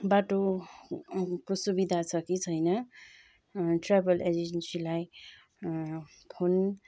बाटोको सुबिधा छ कि छैन ट्राभल एजेन्सीलाई फोन